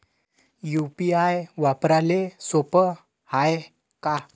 UPI वापराले सोप हाय का?